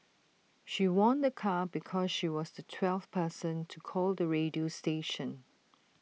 she won A car because she was the twelfth person to call the radio station